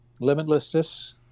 limitlessness